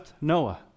Noah